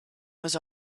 was